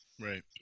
Right